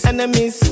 Enemies